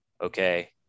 okay